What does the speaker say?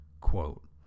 Quote